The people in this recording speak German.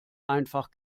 einfach